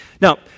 Now